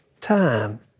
time